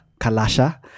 Kalasha